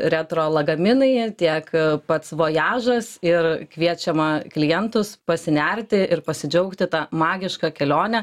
retro lagaminai tiek pats vojažas ir kviečiama klientus pasinerti ir pasidžiaugti ta magiška kelione